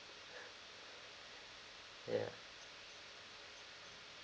ya